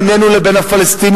לך יש מונופול,